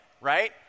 right